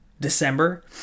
December